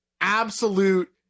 absolute